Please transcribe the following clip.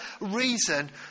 reason